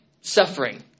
suffering